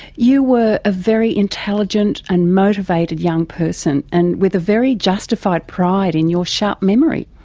you were a very intelligent and motivated young person, and with a very justified pride in your sharp memory.